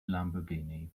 lamborghini